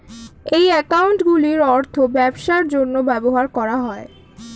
এই অ্যাকাউন্টগুলির অর্থ ব্যবসার জন্য ব্যবহার করা হয়